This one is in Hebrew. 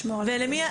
ולמי?